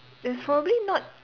there's probably not